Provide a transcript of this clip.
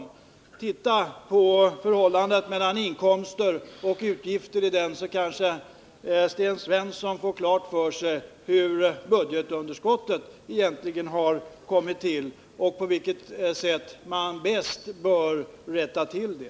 Om Sten Svensson tittar på förhållandet mellan inkomster och utgifter i den, så får han kanske klart för sig hur budgetunderskottet egentligen har kommit till och på vilket sätt man bäst bör rätta till det.